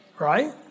right